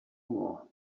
more